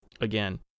again